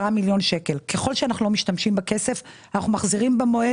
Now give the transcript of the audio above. ככל שאנחנו לא משתמשים בכסף אנחנו מחזירים במועד